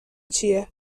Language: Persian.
چیه